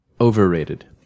Overrated